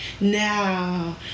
now